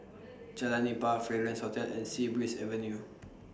Jalan Nipah Fragrance Hotel and Sea Breeze Avenue